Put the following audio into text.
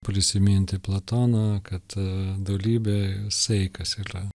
prisiminti platoną kad dorybė saikas yra